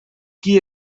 qui